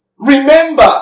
Remember